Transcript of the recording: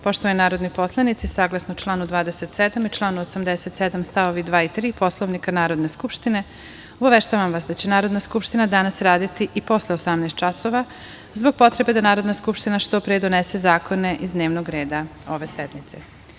Poštovani narodni poslanici, saglasno članu 27. i članu 87. st. 2. i 3. Poslovnika Narodne skupštine, obaveštavam vas da će Narodna skupština danas raditi i posle 18.00 časova, zbog potrebe da Narodna skupština što pre donese zakone iz dnevnog reda ove sednice.